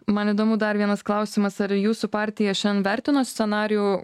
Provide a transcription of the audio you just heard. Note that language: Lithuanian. man įdomu dar vienas klausimas ar jūsų partija šiandien vertino scenarijų